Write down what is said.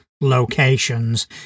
Locations